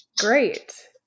great